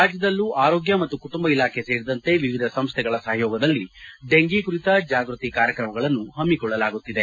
ರಾಜ್ಯದಲ್ಲೂ ಆರೋಗ್ಯ ಮತ್ತು ಕುಟುಂಬ ಇಲಾಖೆ ಸೇರಿದಂತೆ ವಿವಿಧ ಸಂಸ್ಥೆಗಳ ಸಹಯೋಗದಲ್ಲಿ ಡೆಂಫಿ ಕುರಿತ ಜಾಗೃತಿ ಕಾರ್ಯಕ್ರಮಗಳನ್ನು ಪಮ್ಮಿಕೊಳ್ಳಲಾಗುತ್ತಿದೆ